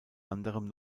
anderem